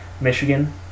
Michigan